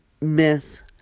miss